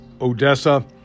Odessa